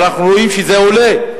אבל אנחנו רואים שזה עולה.